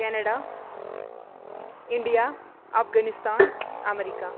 Canada India Afghanistan America